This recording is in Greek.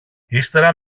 ύστερα